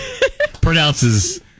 pronounces